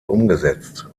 umgesetzt